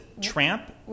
Tramp